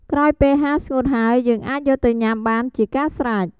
ក្រោយពេលហាលស្ងួតហើយ យើងអាចយកទៅញ៉ាំបានជាកាស្រេច។